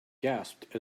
gasped